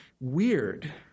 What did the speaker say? weird